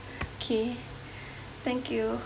okay thank you